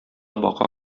бака